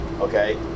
okay